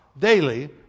daily